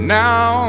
now